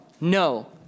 no